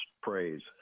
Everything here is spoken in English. praise